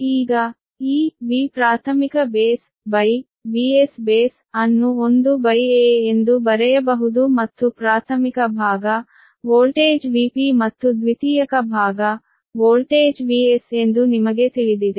ಈಗ ಈ V ಪ್ರಾಥಮಿಕ ಬೇಸ್ VsB ಬೇಸ್ ಅನ್ನು 1a ಎಂದು ಬರೆಯಬಹುದು ಮತ್ತು ಪ್ರಾಥಮಿಕ ಭಾಗ ವೋಲ್ಟೇಜ್ Vp ಮತ್ತು ದ್ವಿತೀಯಕ ಭಾಗ ವೋಲ್ಟೇಜ್ Vs ಎಂದು ನಿಮಗೆ ತಿಳಿದಿದೆ